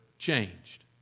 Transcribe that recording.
changed